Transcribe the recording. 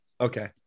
Okay